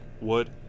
wood